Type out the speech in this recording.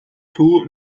too